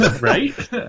right